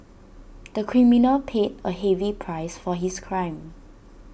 the criminal paid A heavy price for his crime